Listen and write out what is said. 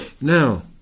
now